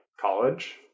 college